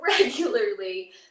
regularly